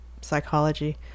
psychology